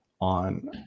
on